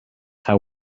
how